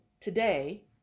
today